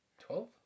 Twelve